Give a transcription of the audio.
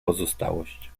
pozostałość